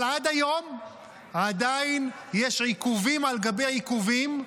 אבל עד היום עדיין יש עיכובים על גבי עיכובים.